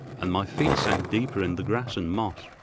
and my feet sank deeper in the grass and moss.